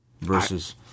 Versus